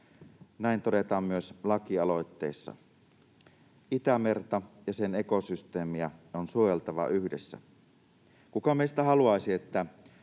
näin todetaan myös lakialoitteessa. Itämerta ja sen ekosysteemiä on suojeltava yhdessä. Kuka meistä haluaisi, että